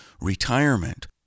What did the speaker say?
retirement